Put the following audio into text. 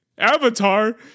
Avatar